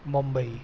Mumbai